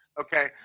okay